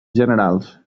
generals